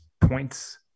points